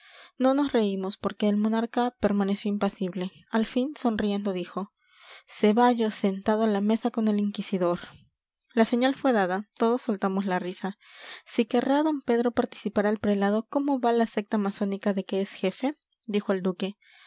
no nos reímos porque el monarca permaneció impasible al fin sonriendo dijo ceballos sentado a la mesa con el inquisidor la señal fue dada todos soltamos la risa si querrá d pedro participar al prelado cómo va la secta masónica de que es jefe dijo el duque